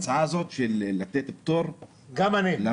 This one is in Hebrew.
בהצעה הזאת לתת פטור למעסיקים.